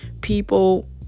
people